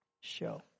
Show